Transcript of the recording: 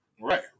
Right